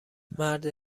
مرد